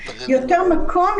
יותר מקום,